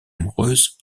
amoureuse